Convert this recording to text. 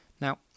Now